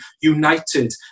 united